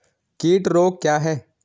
कीट रोग क्या है?